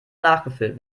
nachgefüllt